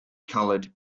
coloured